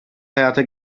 hayata